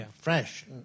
fresh